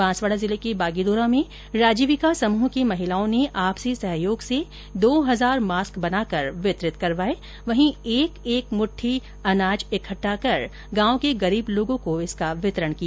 बांसवाड़ा जिले के बागीदोरा में राजीविका समूह की महिलाओं ने आपसी सहयोग से दो हजार मास्क बनाकर वितरित करवाए वहीं एक एक मुट्ठी अनाज इकट्ठा कर गांव के गरीब लोगों को इसका वितरण किया